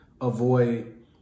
avoid